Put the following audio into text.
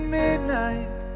midnight